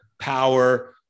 power